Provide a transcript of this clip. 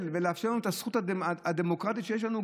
ולאפשר את הזכות הדמוקרטית שיש לנו,